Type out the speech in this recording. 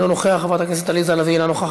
אינו נוכח,